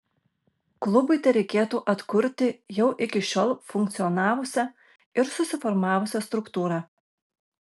klubui tereikėtų atkurti jau iki šiol funkcionavusią ir susiformavusią struktūrą